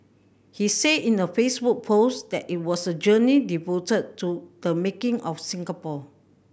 he said in a Facebook post that it was a journey devoted to the making of Singapore